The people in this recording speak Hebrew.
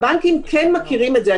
הבנקים כן מכירים את זה.